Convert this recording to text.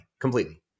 completely